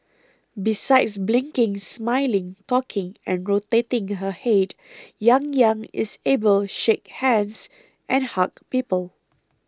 besides blinking smiling talking and rotating her head Yang Yang is able shake hands and hug people